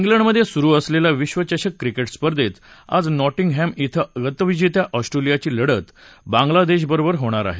ालंडमध्ये सुरू असलेल्या विश्वचषक क्रिकेट स्पर्धेत आज नॉटिंगहॅम शिं गतविजेत्या ऑस्ट्रेलियाची लढत बांगलादेशबरोबर होणार आहे